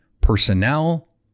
personnel